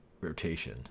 rotation